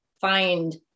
find